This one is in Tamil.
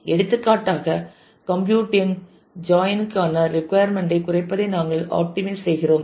எடுத்துக்காட்டாக கம்ப்யூட்டிங் ஜாயின் க்கான ரிக்குயர்மென்ட் ஐ குறைப்பதை நாங்கள் ஆப்டிமஸ் செய்கிறோம்